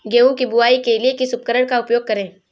गेहूँ की बुवाई के लिए किस उपकरण का उपयोग करें?